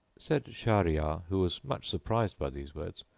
said shahryar, who was much surprised by these words,